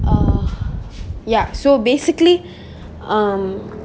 err ya so basically um